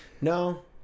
No